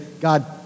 God